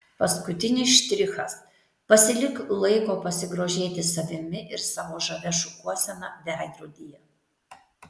paskutinis štrichas pasilik laiko pasigrožėti savimi ir savo žavia šukuosena veidrodyje